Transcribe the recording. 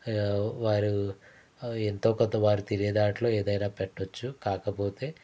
వారు ఎంతో కొంత వారు తినేదాట్లు ఏదైనా పెట్టొచ్చు కాకపోతే